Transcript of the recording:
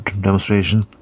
demonstration